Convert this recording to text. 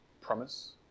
promise